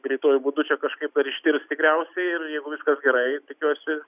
greituoju būdu čia kažkaip ar ištirs tikriausiai ir jeigu viskas gerai tikiuosi